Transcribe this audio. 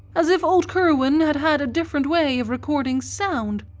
as if old curwen had had a different way of recording sound,